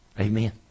Amen